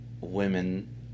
women